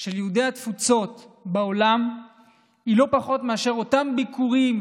של יהודי התפוצות בעולם הוא לא אחר מאשר אותם ביקורים